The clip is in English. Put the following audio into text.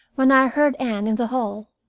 when i heard anne in the hall.